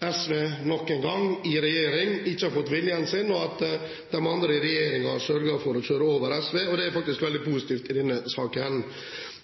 SV nok en gang i regjering ikke har fått viljen sin, og at de andre i regjeringen sørger for å kjøre over SV. Det er faktisk veldig positivt i denne saken.